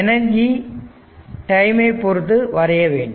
எனர்ஜியை டைம் ஐ பொருத்து வரைய வேண்டும்